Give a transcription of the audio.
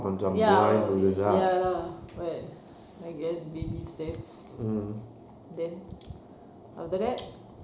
ya ya lah but I guess baby steps then after that